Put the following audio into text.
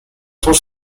four